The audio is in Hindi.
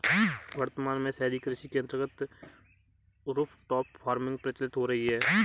वर्तमान में शहरी कृषि के अंतर्गत रूफटॉप फार्मिंग प्रचलित हो रही है